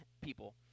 people